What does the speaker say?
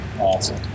Awesome